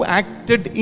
acted